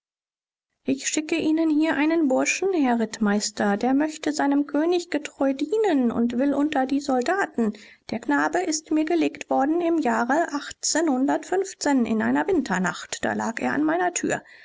ich schicke ihnen hier einen burschen herr rittmeister der möchte seinem könig getreu dienen und will unter die soldaten der knabe ist mir gelegt worden im jahre in einer winternacht da lag er an meiner tür